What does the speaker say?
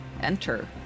enter